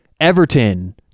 Everton